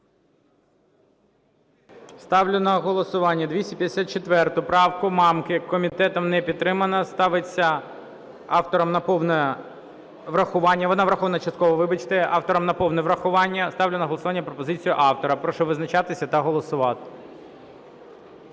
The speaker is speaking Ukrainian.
Ставлю на голосування 254 правку Мамки. Комітетом не підтримана. Ставиться автором на повне врахування. Вона врахована частково, вибачте. Автором – на повне врахування. Ставлю на голосування пропозицію автора. Прошу визначатися та голосувати.